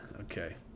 Okay